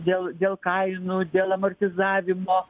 dėl dėl kainų dėl amortizavimo